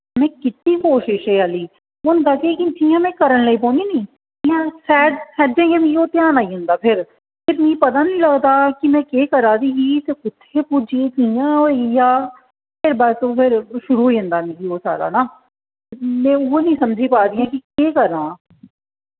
में कीती कोशश एह् आह्ली होंदा केह् कि जि'यां में करन लगी पौंदी निं इ'यां सैह्ज सैह्जें गै मिगी ओह् ध्यान आई जंदा फिर मिगी पता निं लगदा कि में केह् करा दी ही ते कु'त्थै पुज्जी कि'यां होई गेआ फिर बस फिर शुरू होई जंदा मिगी ओह् सारा ना में उ'ऐ निं समझी पा दी आं कि केह् करां